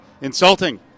insulting